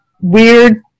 weird